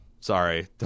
sorry